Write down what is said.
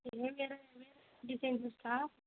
இன்னும் வேறு வேறு டிசைன்ஸ் இருக்கா